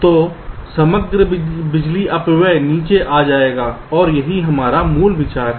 तो समग्र बिजली अपव्यय नीचे जाएगा यह विचार है